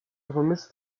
kompromiss